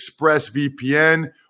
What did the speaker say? ExpressVPN